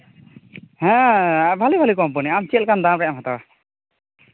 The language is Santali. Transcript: ᱦᱮᱸ ᱟᱨ ᱵᱷᱟᱹᱞᱤ ᱵᱷᱟᱹᱞᱤ ᱠᱳᱢᱯᱟᱱᱤ ᱟᱢ ᱪᱮᱫ ᱞᱮᱠᱟᱱ ᱫᱟᱢ ᱨᱮᱭᱟᱜ ᱮᱢ ᱦᱟᱛᱟᱣᱟ